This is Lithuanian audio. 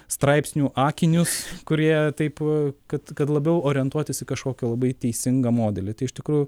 straipsnių akinius kurie taip kad kad labiau orientuotis į kažkokio labai teisingą modelį tai iš tikrųjų